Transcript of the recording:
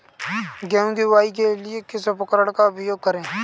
गेहूँ की बुवाई के लिए किस उपकरण का उपयोग करें?